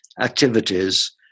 activities